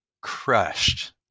crushed